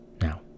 Now